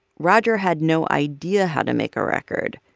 roger had no idea how to make a record.